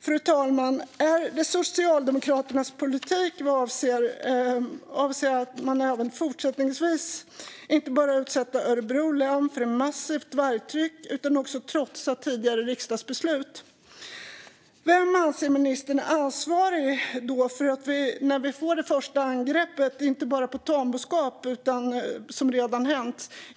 Fru talman! Är det Socialdemokraternas politik att man även fortsättningsvis inte bara ska utsätta Örebro län för ett massivt vargtryck utan också trotsa tidigare riksdagsbeslut? Vem anser ministern är ansvarig när vi får det första angreppet inte bara på tamboskap, något som redan har hänt, utan också på människa?